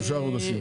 שלושה חודשים.